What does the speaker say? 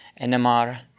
NMR